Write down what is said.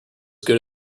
good